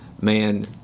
man